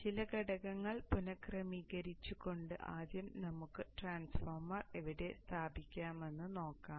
ചില ഘടകങ്ങൾ പുനഃക്രമീകരിച്ചുകൊണ്ട് ആദ്യം നമുക്ക് ട്രാൻസ്ഫോർമർ എവിടെ സ്ഥാപിക്കാമെന്ന് നോക്കാം